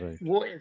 Right